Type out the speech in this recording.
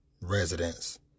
residents